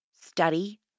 study